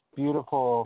beautiful